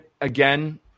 again